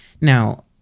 Now